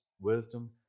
wisdom